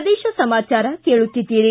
ಪ್ರದೇಶ ಸಮಾಚಾರ ಕೇಳುತ್ತೀದ್ದಿರಿ